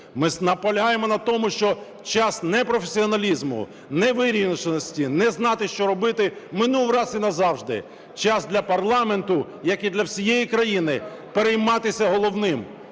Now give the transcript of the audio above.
Ми наполягаємо на тому, що час непрофесіоналізму, невирішеності, не знати, що робити, минув раз і назавжди. Час для парламенту, як і для всієї країни, перейматися головним